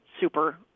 super